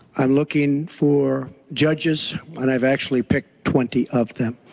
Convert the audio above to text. i am looking for judges and have actually picked twenty of them.